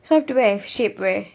where shape where